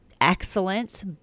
Excellent